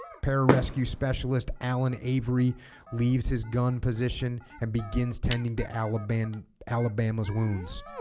para-rescue specialist allen avery leaves his gun position and begins tending to alabama alabama's wounds